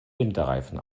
winterreifen